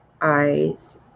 eyes